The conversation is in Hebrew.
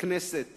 שהכנסת